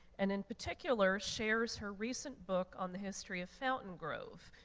and in particular, shares her recent book on the history of fountaingrove.